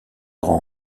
rend